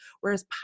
Whereas